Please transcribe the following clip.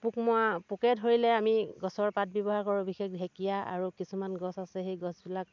পোক মৰা পোকে ধৰিলে আমি গছৰ পাত ব্য়ৱহাৰ কৰোঁ বিশেষ ঢেকীয়া আৰু কিছুমান গছ আছে সেই গছবিলাক